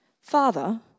Father